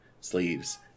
sleeves